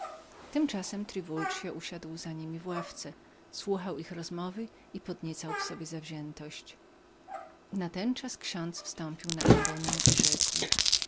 tymczasem triwuld usiadł za niemi w ławce słuchał ich rozmowy i podniecał w sobie zawziętość natenczas ksiądz wstąpił na ambonę i rzekł